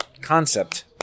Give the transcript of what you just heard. concept